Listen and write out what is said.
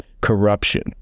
corruption